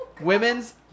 women's